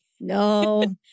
No